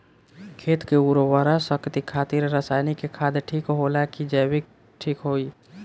खेत के उरवरा शक्ति खातिर रसायानिक खाद ठीक होला कि जैविक़ ठीक होई?